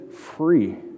free